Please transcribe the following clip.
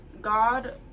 god